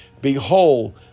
Behold